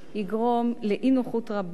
יגרום לאי-נוחות רבה,